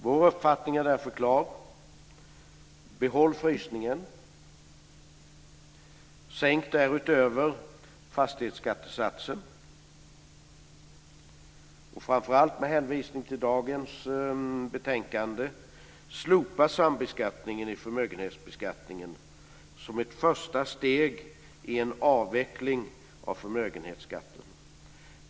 Vår uppfattning är därför klar: Behåll frysningen! Sänk därutöver fastighetsskattesatsen! Och framför allt med hänvisning till dagens betänkande: Slopa sambeskattningen i förmögenhetsbeskattningen som ett första steg i en avveckling av förmögenhetsskatten!